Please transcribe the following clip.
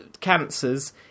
cancers